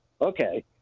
Okay